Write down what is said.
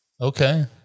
Okay